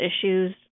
issues